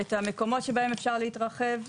את המקומות שבהם אפשר להתרחב,